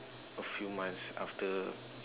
a few months after